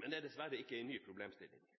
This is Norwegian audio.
men det er dessverre ikke en ny problemstilling.